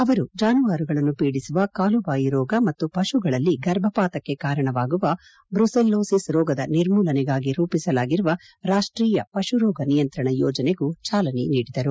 ಅವರು ಜಾನುವಾರುಗಳನ್ನು ಪೀಡಿಸುವ ಕಾಲು ಬಾಯಿ ರೋಗ ಮತ್ತು ಪಶುಗಳಲ್ಲಿ ಗರ್ಭಪಾತಕ್ಕೆ ಕಾರಣವಾಗುವ ಬ್ರುಸೆಲ್ಲೋಸಿಸ್ ರೋಗದ ನಿರ್ಮೂಲನೆಗಾಗಿ ರೂಪಿಸಲಾಗಿರುವ ರಾಷ್ಟೀಯ ಪಶುರೋಗ ನಿಯಂತ್ರಣ ಯೋಜನೆಗೂ ಚಾಲನೆ ನೀಡಿದರು